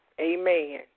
Amen